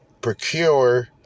procure